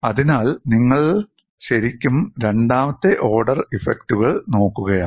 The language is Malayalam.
അതിനാൽ നിങ്ങൾ ശരിക്കും രണ്ടാമത്തെ ഓർഡർ ഇഫക്റ്റുകൾ നോക്കുകയാണ്